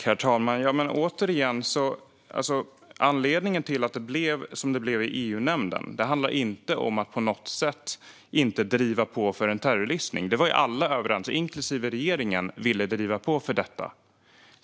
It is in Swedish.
Herr talman! Återigen, att det blev som det blev i EU-nämnden handlar inte på något sätt om att inte driva på för en terrorlistning. Alla, inklusive regeringen, var ju överens om och ville driva på för detta.